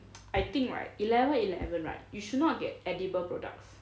okay I think right eleven eleven we should not get any edible products